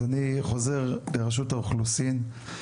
אז אני חוזר לרשות האוכלוסין.